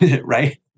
right